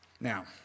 Now